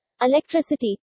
electricity